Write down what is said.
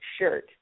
shirt